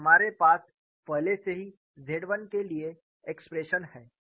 और हमारे पास पहले से ही Z 1 के लिए एक्सप्रेशन है